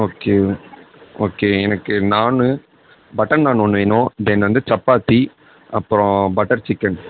okay okay எனக்கு naan butter naan ஒன்று வேணும் தென் வந்து சப்பாத்தி அப்புறோம் பட்டர் சிக்கன்